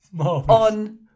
on